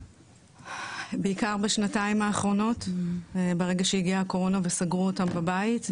בעיקר בשנתיים האחרונות ברגע שהגיעה הקורונה וסגרו אותם בבית,